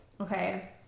Okay